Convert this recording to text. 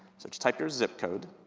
so just type your zip code.